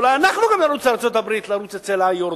ואולי גם אנחנו נרוץ לארצות-הברית לרוץ אצל היורדים.